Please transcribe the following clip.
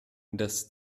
das